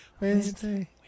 Wednesday